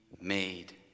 made